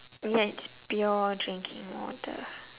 ya it's pure drinking water